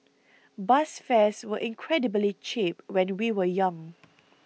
bus fares were incredibly cheap when we were young